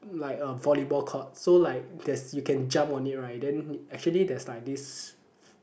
like a volleyball court so like there's you can jump on it right then actually there's like this